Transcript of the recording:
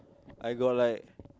I got like